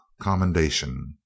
commendation